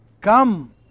Come